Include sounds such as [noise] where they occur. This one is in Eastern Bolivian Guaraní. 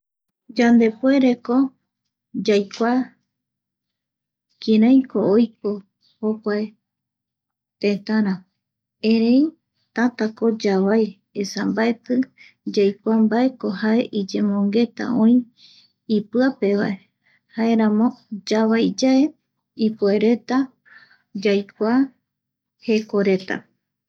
Yandepuereko yaikua [noise] kiraiko [noise] oiko, jokua tetara, erei tatako yavai ,esa mbaeti yaikua mbaeko jae iyemongueta oï, ipiapevae, jaeramo yavaiyae, ipuereta [noise] yaikua jeko reta